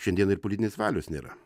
šiandien ir politinės valios nėra